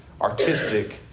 artistic